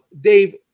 Dave